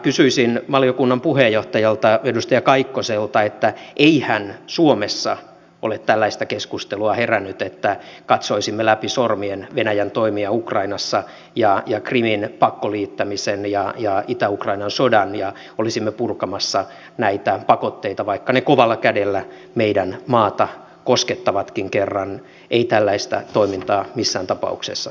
kysyisinkin valiokunnan puheenjohtajalta edustaja kaikkoselta etteihän suomessa ole tällaista keskustelua herännyt että katsoisimme läpi sormien venäjän toimia ukrainassa krimin pakkoliittämistä ja itä ukrainan sotaa ja olisimme purkamassa näitä pakotteita vaikka ne kovalla kädellä meidän maatamme koskettavatkin koska ei tällaista toimintaa missään tapauksessa saa hyväksyä